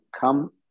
come